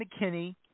McKinney